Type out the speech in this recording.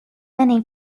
many